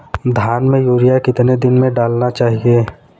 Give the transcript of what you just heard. धान में यूरिया कितने दिन में डालना चाहिए?